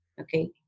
Okay